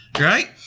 right